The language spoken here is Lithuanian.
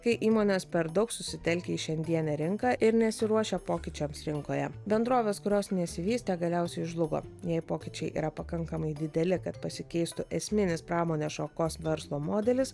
kai įmonės per daug susitelkia į šiandienę rinką ir nesiruošia pokyčiams rinkoje bendrovės kurios nesivystė galiausiai žlugo jei pokyčiai yra pakankamai dideli kad pasikeistų esminis pramonės šakos verslo modelis